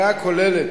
כן.